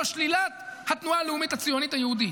שלילת התנועה הלאומית הציונית היהודית.